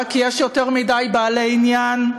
לממשלה הזאת יש יותר מדי בעלי עניין,